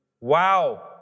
Wow